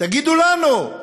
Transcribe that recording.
תגידו לנו.